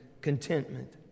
contentment